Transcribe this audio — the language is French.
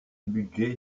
budget